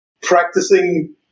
practicing